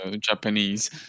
Japanese